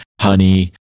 honey